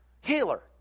healer